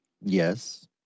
Yes